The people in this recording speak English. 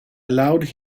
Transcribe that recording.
allowed